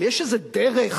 אבל יש איזו דרך,